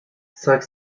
cinq